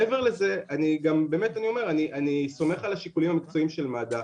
מעבר לזה אני סומך על השיקולים המקצועיים של מד"א.